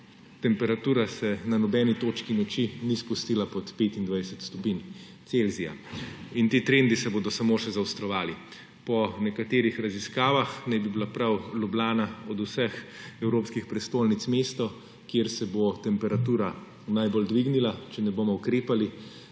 Temperatura se na nobeni točki noči ni spustila pod 25 stopinj Celzija in ti trendi se bodo samo še zaostrovali. Po nekaterih raziskavah naj bi bila prav Ljubljana od vseh evropskih prestolnic mesto, kjer se bo temperatura najbolj dvignila, če ne bomo ukrepali.